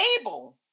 able